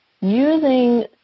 using